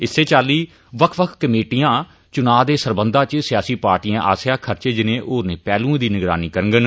इस्सै चाल्ली बक्ख बक्ख कमेटिआं चुना दे सरबंधा इच सियासी पार्टिए आस्सेआ खर्चे जनेह होरने पहलुएं दी निगरानी करगन